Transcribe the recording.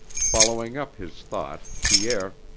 following up his thought, pierre